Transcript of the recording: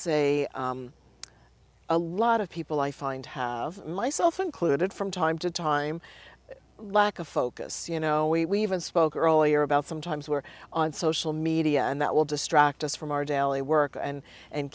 say a lot of people i find myself included from time to time lack of focus you know we spoke earlier about sometimes we're on social media and that will distract us from our daily work and and